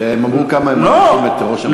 שהם אמרו כמה הם מעריכים את ראש הממשלה.